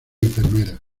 enfermera